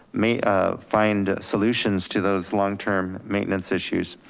may ah find solutions to those long term maintenance issues.